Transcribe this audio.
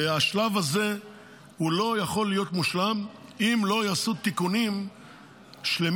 והשלב הזה לא יכול להיות מושלם אם לא יעשו תיקונים שלמים